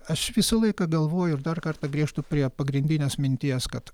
aš visą laiką galvoju ir dar kartą grįžtu prie pagrindinės minties kad